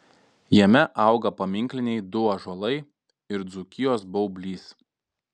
jame auga paminkliniai du ąžuolai ir dzūkijos baublys